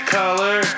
color